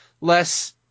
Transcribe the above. less